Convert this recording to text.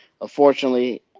Unfortunately